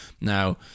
now